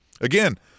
Again